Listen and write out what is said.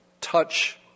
touch